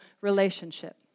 relationship